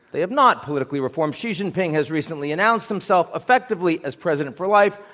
they have not politically reformed. xi jinping has recently announced himself effectively as president for life.